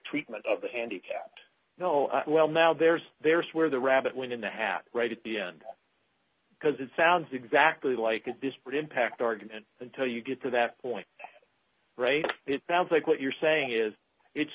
treatment of the handicapped no i well now there's there's where the rabbit went in the hat right at the end because it sounds exactly like a disparate impact argument until you get to that point break it down take what you're saying is it's